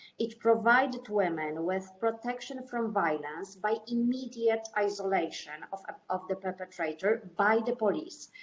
it provided women with protection from violence by immediate isolation of ah of the perpetrator by the police.